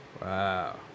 Wow